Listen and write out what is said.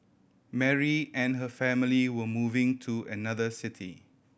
Mary and her family were moving to another city